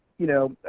you know,